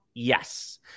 Yes